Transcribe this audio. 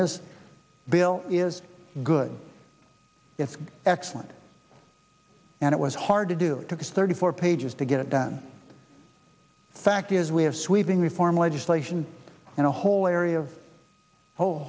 this bill is good it's excellent and it was hard to do it took us thirty four pages to get it done the fact is we have sweeping reform legislation and a whole area of who